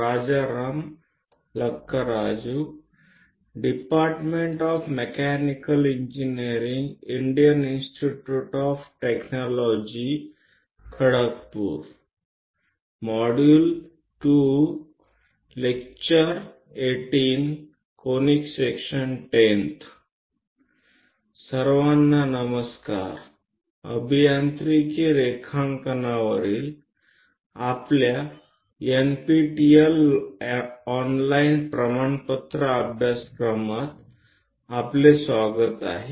અમારા NPTEL ના engineering drawing પરના ઓનલાઈન પ્રમાણિત અભ્યાસક્રમમાં સ્વાગત છે